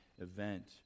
event